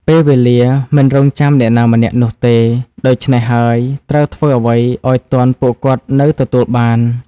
ពេលវេលាមិនរង់ចាំអ្នកណាម្នាក់នោះទេ ដូច្នេះហើយត្រូវធ្វើអ្វីអោយទាន់ពួកគាត់នៅទទួលបាន។